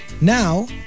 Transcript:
now